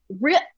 real